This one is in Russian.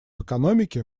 экономики